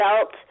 felt